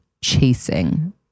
chasing